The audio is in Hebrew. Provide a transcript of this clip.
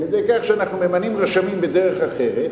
על-ידי כך שאנחנו ממנים רשמים בדרך אחרת,